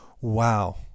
wow